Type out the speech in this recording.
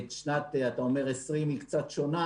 אתה אומר ששנת 2020 היא קצת שונה,